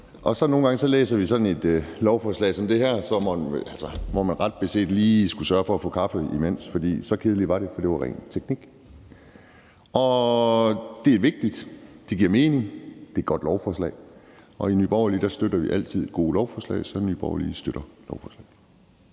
og nogle gange læser vi så sådan et lovforslag som det her, hvor man ret beset lige skulle sørge for at få kaffe imens, for så kedeligt var det, for det var ren teknik. Det er vigtigt, det giver mening, det er et godt lovforslag. I Nye Borgerlige støtter vi altid gode lovforslag, så Nye Borgerlige støtter dette lovforslag.